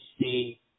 see